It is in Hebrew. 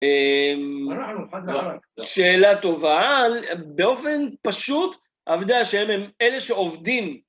שאלה טובה, באופן פשוט, עבדי השם הם אלה שעובדים.